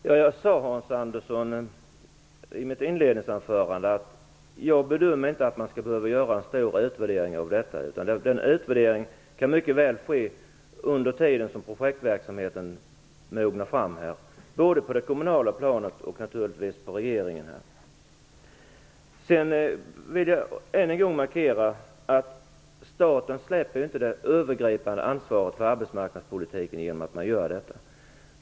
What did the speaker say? Herr talman! Det jag sade i mitt inledningsanförande var, Hans Andersson, att jag inte bedömer att man skall behöva göra en stor utvärdering. Den utvärderingen kan mycket väl ske under den tid som projektverksamheten mognar fram både på det kommunala planet och hos regeringen. Sedan vill jag än en gång markera att staten inte släpper det övergripande ansvaret för arbetsmarknadspolitiken genom att man gör detta.